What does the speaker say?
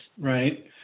right